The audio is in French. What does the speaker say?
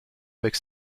avec